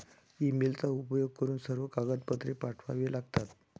ईमेलचा उपयोग करून सर्व कागदपत्रे पाठवावे लागतात